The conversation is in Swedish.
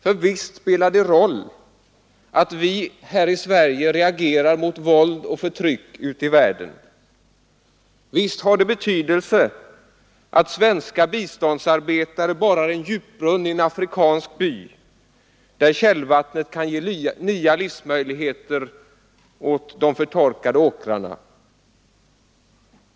För visst spelar det en roll att vi i Sverige reagerar mot våld och förtryck ute i världen. Visst har det betydelse att svenska biståndsarbetare borrar en djupbrunn i en afrikansk by, där källvattnet kan ge nya livsmöjligheter åt de förtorkade åkrarna.